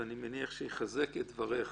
אני מניח שיחזק את דבריך